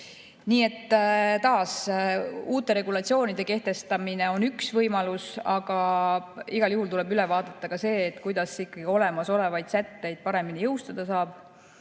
Nii et taas: uute regulatsioonide kehtestamine on üks võimalus, aga igal juhul tuleb üle vaadata ka see, kuidas olemasolevaid sätteid paremini jõustada saaks.